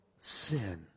sin